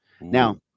Now